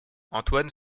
antoine